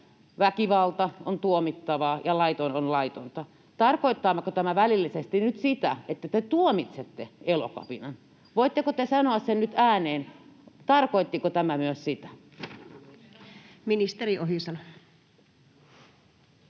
että väkivalta on tuomittavaa ja laiton on laitonta. [Eva Biaudét: Nimenomaan!] Tarkoittaako tämä välillisesti nyt sitä, että te tuomitsette Elokapinan? Voitteko te sanoa sen nyt ääneen? Tarkoittiko tämä myös sitä? Ministeri Ohisalo.